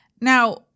Now